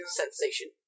sensation